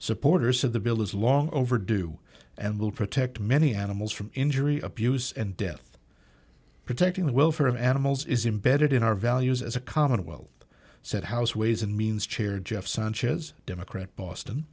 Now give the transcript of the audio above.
supporters of the bill is long overdue and will protect many animals from injury abuse and death protecting the welfare of animals is imbedded in our values as a commonwealth said house ways and means chair jeff sanchez democrat boston